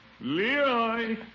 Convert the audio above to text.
Leroy